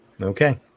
Okay